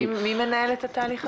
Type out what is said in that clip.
מי מנהל את התהליך הזה?